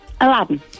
Aladdin